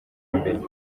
imbere